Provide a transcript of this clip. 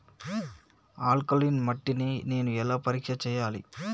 Alkaline మట్టి ని నేను ఎలా పరీక్ష చేయాలి?